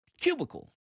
cubicle